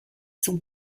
son